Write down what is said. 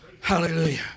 Hallelujah